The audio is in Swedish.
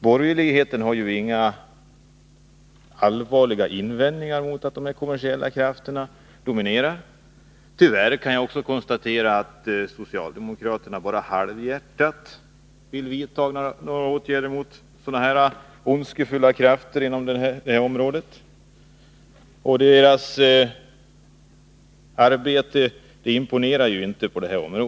Borgerligheten har inga allvarliga invändningar mot att dessa kommersiella krafter dominerar. Tyvärr kan jag konstatera att socialdemokraterna bara halvhjärtat vill vidta några åtgärder mot sådana här ondskefulla krafter inom detta område. Socialdemokraternas arbete härvidlag imponerar ju inte.